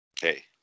hey